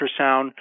ultrasound